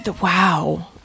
Wow